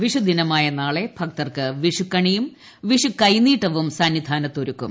വിഷുദിനമായ നാളെ ഭക്തർക്ക് വിഷുക്കണിയും ്വീഷ്ടുകൈനീട്ടവും സന്നിധാനത്ത് ഒരുക്കും